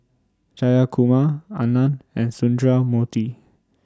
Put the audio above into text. Jayakumar Anand and Sundramoorthy